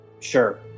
Sure